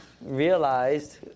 realized